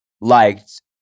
liked